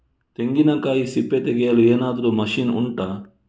ತೆಂಗಿನಕಾಯಿ ಸಿಪ್ಪೆ ತೆಗೆಯಲು ಏನಾದ್ರೂ ಮಷೀನ್ ಉಂಟಾ